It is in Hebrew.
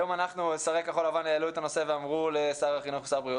היום שרי כחול לבן העלו את הנושא ואמרו לשר החינוך ושר הבריאות,